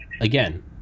again